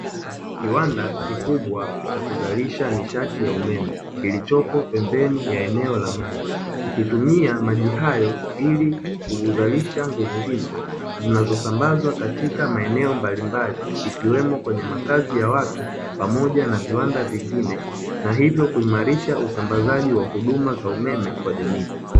Kiwanda kikubwa cha kuzalisha nishati ya umeme kilichopo pembeni ya eneo la maji, kikitumia maji hayo ili kuzalisha nguvu hizo zinazosambazwa katika maeneo mbalimbali, ikiwemo kwenye makazi ya watu pamoja na viwanda vingine; na hivyo kuimarisha usambazaji wa huduma za umeme kwa jamii.